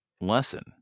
lesson